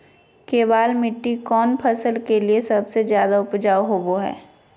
केबाल मिट्टी कौन फसल के लिए सबसे ज्यादा उपजाऊ होबो हय?